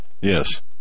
Yes